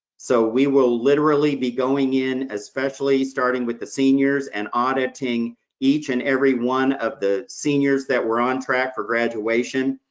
so we will literally be going in, especially starting with the seniors, and auditing each and every one of the seniors that were on track for graduation,